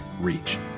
reach